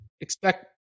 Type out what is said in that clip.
Expect